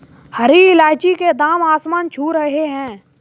हरी इलायची के दाम आसमान छू रहे हैं